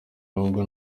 ahubwo